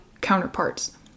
counterparts